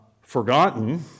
forgotten